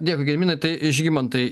dėkui gediminai tai žygimantai